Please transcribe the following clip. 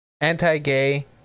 anti-gay